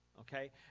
okay